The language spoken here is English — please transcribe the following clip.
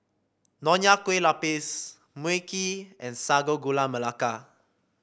Nonya Kueh Lapis Mui Kee and Sago Gula Melaka